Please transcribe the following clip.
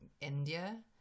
India